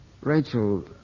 Rachel